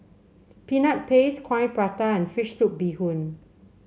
Peanut Paste Coin Prata and fish soup Bee Hoon